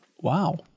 Wow